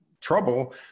trouble